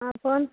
आप कोन